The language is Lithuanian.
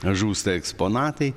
žūsta eksponatai